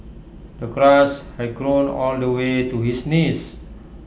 the grass had grown all the way to his knees